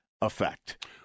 effect